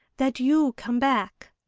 that you come back!